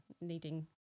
needing